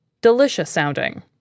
Delicious-sounding